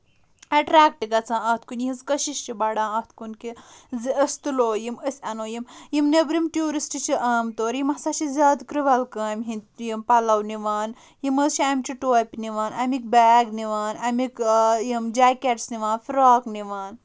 attract گژھان اَتھ کُن یِہٕنٛز کٔشِش چھِ بَڑان اَتھ کُن کہِ زِ أسۍ تُلو یِم أسۍ اَنو یِم یِم نیٚبرِم ٹیوٗرِسٹ چھٕ عام طور یِم ہسا چھٕ زیادٕ کرِول کامہِ ہِنٛدۍ یِم پَلو نِوان یِم حظ چھٕ أمۍچہِ ٹوپہِ نَوان أمۍکۍ بیگ نِوان اَمِکۍ یِم جیکیٚٹس نَوان یِم فِراق نَوان